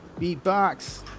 Beatbox